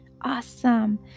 Awesome